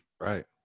Right